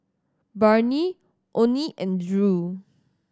Barnie Onie and Drew